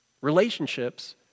Relationships